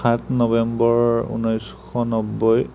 সাত নবেম্বৰ ঊনৈছশ নব্বৈ